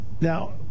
Now